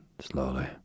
slowly